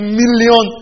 million